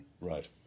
Right